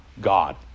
God